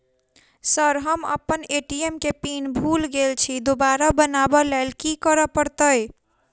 Sir हम अप्पन ATM केँ पिन भूल गेल छी दोबारा बनाब लैल की करऽ परतै?